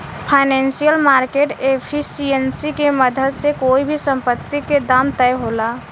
financial market efficiency के मदद से कोई भी संपत्ति के दाम तय होला